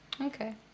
Okay